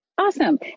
Awesome